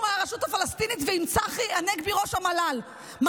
מהרשות הפלסטינית ועם ראש המל"ל צחי הנגבי.